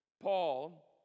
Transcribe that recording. Paul